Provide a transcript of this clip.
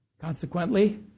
Consequently